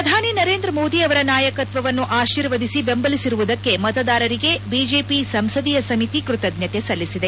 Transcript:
ಪ್ರಧಾನಿ ನರೇಂದ್ರ ಮೋದಿ ಅವರ ನಾಯಕತ್ವವನ್ನು ಆಶೀರ್ವದಿಸಿ ಬೆಂಬಲಿಸಿರುವುದಕ್ಕೆ ಮತದಾರರಿಗೆ ಬಿಜೆಪಿ ಸಂಸದೀಯ ಸಮಿತಿ ಕೃತಜ್ಞತೆ ಸಲ್ಲಿಸಿದೆ